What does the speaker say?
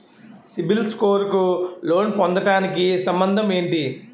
CIBIL score కు loan పొందటానికి సంబంధం ఏంటి?